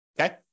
Okay